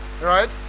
Right